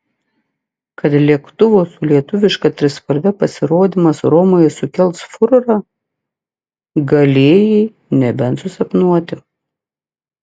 kad lėktuvo su lietuviška trispalve pasirodymas romoje sukels furorą galėjai nebent susapnuoti